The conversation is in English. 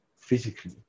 physically